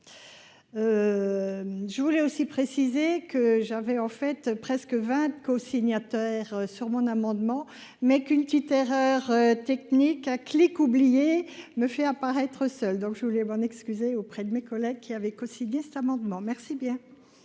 je voulais aussi préciser que j'avais en fait presque vingt cosignataires sur mon amendement, mais qu'une petite erreur technique clique oublié me fait apparaître seul donc je voulais m'en excuser auprès de mes collègues qui avaient cosigné cet amendement, merci bien.